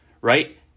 right